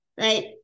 right